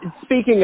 speaking